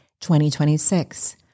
2026